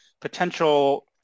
potential